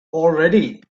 already